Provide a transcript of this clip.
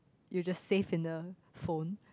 you just save in the phone